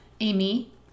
Amy